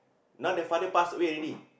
now the father pass away already